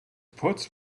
puts